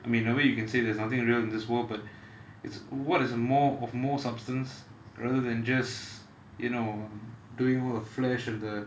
I mean in a way you can say there's nothing real in this world but it's what is more of more substance rather than just you know doing all the flash and the